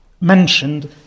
mentioned